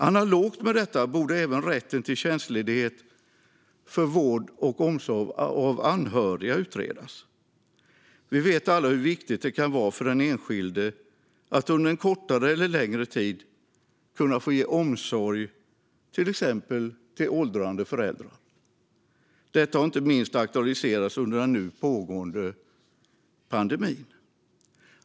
Analogt med detta borde även rätten till tjänstledighet för vård och omsorg av anhöriga utredas. Vi vet alla hur viktigt det kan vara för den enskilde att under en kortare eller längre tid kunna få ge omsorg till exempel till åldrande föräldrar. Detta har inte minst aktualiserats under den nu pågående pandemin.